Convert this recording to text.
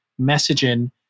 messaging